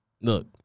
Look